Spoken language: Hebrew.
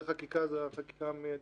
זה החקיקה המידית.